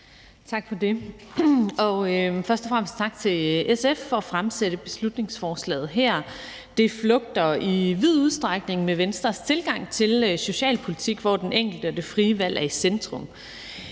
Tak for det. Først og fremmest tak til SF for at fremsætte beslutningsforslaget her. Det flugter i vid udstrækning med Venstres tilgang til socialpolitik, hvor den enkelte og det frie valg er i centrum.